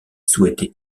souhaitait